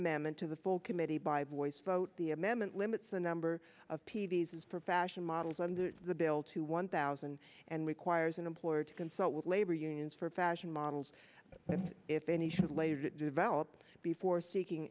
amendment to the full committee by voice vote the amendment limits the number of p d s for fashion models under the bill to one thousand and requires an employer to consult with labor unions for fashion models and if any should later developed before seeking